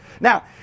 Now